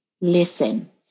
listen